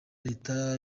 leta